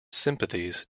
sympathies